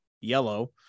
yellow